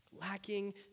Lacking